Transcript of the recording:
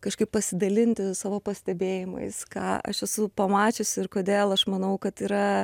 kažkaip pasidalinti savo pastebėjimais ką aš esu pamačiusi ir kodėl aš manau kad yra